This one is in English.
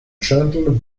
gentle